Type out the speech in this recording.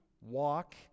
walk